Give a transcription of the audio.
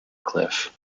cliff